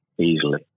easily